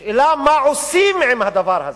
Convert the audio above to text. השאלה, מה עושים עם הדבר הזה?